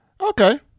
Okay